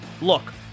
Look